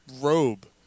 robe